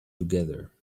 together